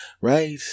Right